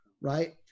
right